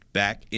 back